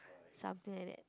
something like that